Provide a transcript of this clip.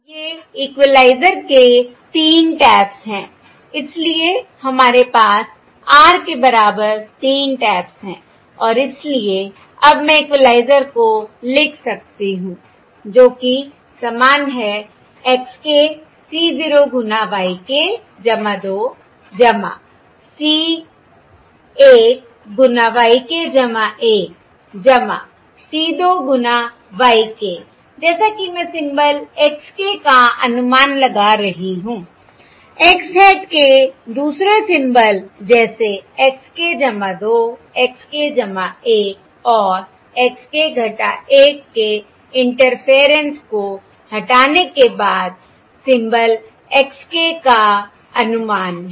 ये इक्वलाइज़र के 3 टैप्स हैं इसलिए हमारे पास r के बराबर 3 टैप्स हैं और इसलिए अब मैं इक्वलाइज़र को लिख सकती हूं जो कि समान है x k c 0 गुना y k 2 c 1 गुना y k 1 c 2 गुना y k जैसा कि मैं सिंबल x k का अनुमान लगा रही हूं x hat k दूसरे सिंबल जैसे x k 2 x k 1 और x k 1 के इंटरफेयरेंस को हटाने के बाद सिंबल x k का अनुमान है